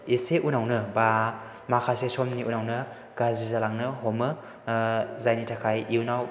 एसे उनावनो एबा माखासे समनि उनावनो गाज्रि जालांनो हमो जायनि थाखाय इयुनाव